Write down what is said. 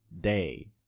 day